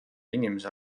inimese